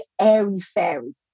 airy-fairy